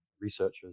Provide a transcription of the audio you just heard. researchers